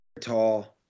tall